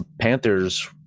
Panthers